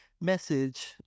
message